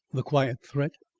the quiet threat,